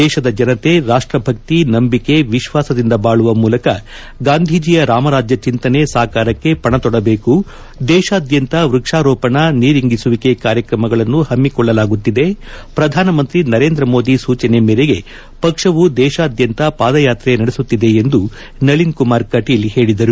ದೇಶದ ಜನತೆ ರಾಷ್ಲಭಕ್ತಿ ನಂಬಿಕೆ ವಿಶ್ವಾಸದಿಂದ ಬಾಳುವ ಮೂಲಕ ಗಾಂಧೀಜಿಯ ರಾಮರಾಜ್ಯ ಚಿಂತನೆ ಸಾಕಾರಕ್ಷೆ ಪಣ ತೊಡಬೇಕು ದೇಶಾದ್ಯಂತ ವ್ಯಕ್ಷಾರೋಪಣ ನೀರಿಂಗಿಸುವಿಕೆ ಕಾರ್ಯಕ್ರಮಗಳನ್ನು ಹಮ್ಕಿಕೊಳ್ಳಲಾಗುತ್ತಿದೆ ಪ್ರಧಾನಿ ನರೇಂದ್ರ ಮೋದಿ ಸೂಚನೆ ಮೇರೆಗೆ ಪಕ್ಷವು ದೇಶಾದ್ಲಂತ ಪಾದಯಾತ್ರೆ ನಡೆಸುತ್ತಿದೆ ಎಂದು ನಳಿನ್ ಕುಮಾರ್ ಕಟೀಲ್ ಹೇಳಿದರು